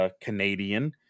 Canadian